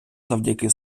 завдяки